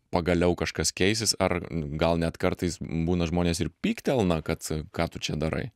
pagaliau kažkas keisis ar gal net kartais būna žmonės ir pyktelna kad ką tu čia darai